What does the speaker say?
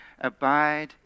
Abide